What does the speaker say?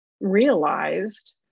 realized